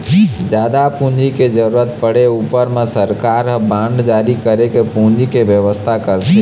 जादा पूंजी के जरुरत पड़े ऊपर म सरकार ह बांड जारी करके पूंजी के बेवस्था करथे